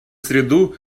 среду